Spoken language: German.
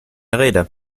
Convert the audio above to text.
rede